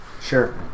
Sure